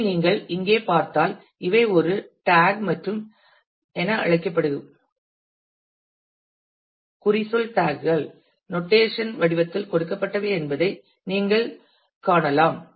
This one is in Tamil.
எனவே நீங்கள் இங்கே பார்த்தால் இவை ஒரு டாக் மற்றும் என அழைக்கப்படும் கோட் டாக் கள் நோட்டேஷன் வடிவத்தில் கொடுக்கப்பட்டவை என்பதை நீங்கள் காணலாம்